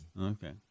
Okay